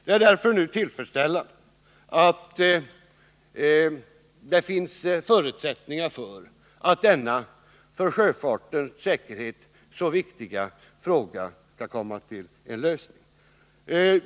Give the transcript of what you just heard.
Det är därför glädjande att det nu finns förutsättningar för att denna för sjöfartens säkerhet så viktiga fråga kan komma till en lösning.